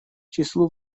числу